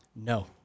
No